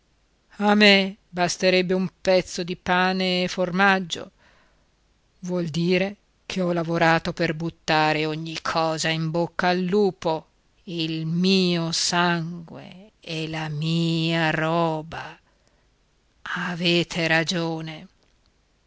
a me basterebbe un pezzo di pane e formaggio vuol dire che ho lavorato per buttare ogni cosa in bocca al lupo il mio sangue e la mia roba avete ragione